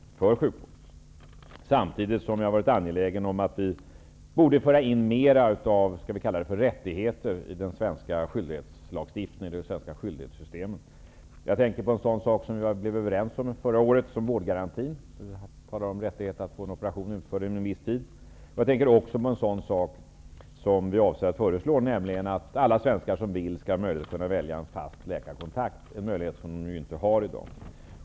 Samtidigt har jag varit angelägen om att det förs in mera av rättigheter i det svenska skyldighetssystemet. Jag tänker då på t.ex. vårdgarantin, som innebär en rättighet att få en operation utförd inom en viss tid. Jag tänker också på ett förslag som vi avser att lägga fram, nämligen att alla svenskar som vill det skall få möjlighet att välja en fast läkarkontakt, en möjlighet som inte existerar i dag.